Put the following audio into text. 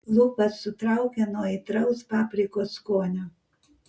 lūpas sutraukė nuo aitraus paprikos skonio